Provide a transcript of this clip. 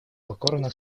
покорно